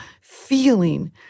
feeling